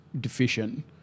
deficient